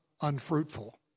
unfruitful